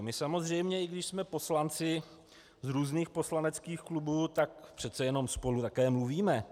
My samozřejmě, i když jsme poslanci z různých poslaneckých klubů, tak přece jenom spolu také mluvíme.